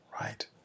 right